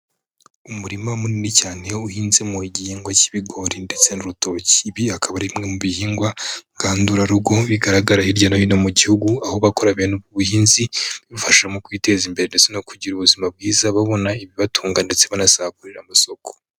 Umurima munini cyane uhinzemo igihingwa cy'ibigori ndetse n'urutoki, ibi akaba ari bimwe mu bihingwa ngandurarugo bigaragara hirya no hino mu gihugu, aho abakora bene ubu buhinzi bibafasha mu kwiteza imbere no kugira ubuzima bwiza, babona ibibatunga ndetse banasagurira amasoko.